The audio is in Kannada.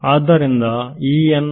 ಅದರಿಂದ ಏನಾಗುವುದು